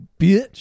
bitch